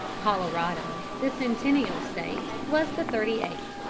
colorado, the centennial state, was the thirty-eighth.